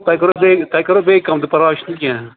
تۄہہِ کَرو بیٚیہِ تۄہہِ کَرو بیٚیہِ کَم تہٕ پرواے چھُنہٕ کیٚنٛہہ